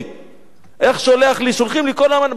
שולחים לי כל הזמן בחורים צעירים.